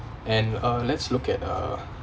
and uh let's look at uh